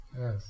Yes